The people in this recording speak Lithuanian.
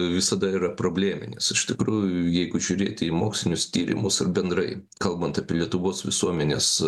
visada yra probleminis iš tikrųjų jeigu žiūrėti į mokslinius tyrimus ir bendrai kalbant apie lietuvos visuomenės